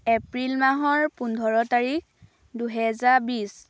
এপ্ৰিল মাহৰ পোন্ধৰ তাৰিখ দুহেজাৰ বিছ